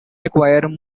require